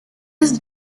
his